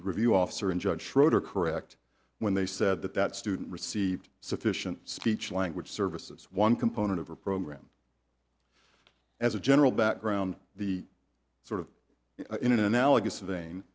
review officer and judge schroeder correct when they said that that student received sufficient speech language services one component of a program as a general background the sort of in an analogous